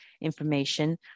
information